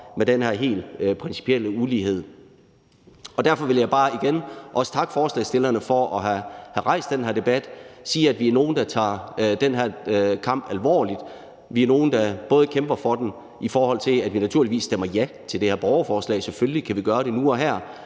med den her helt principielle ulighed. Derfor vil jeg bare igen også takke forslagsstillerne for at have rejst den her debat og sige, at vi er nogle, der tager den her kamp alvorligt. Vi er nogle, der kæmper for den, og vi stemmer naturligvis ja til det her borgerforslag. Selvfølgelig kan vi gøre det nu og her,